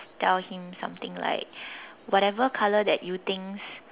tell him something like whatever color that you think